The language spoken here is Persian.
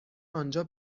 آنجا